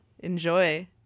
Enjoy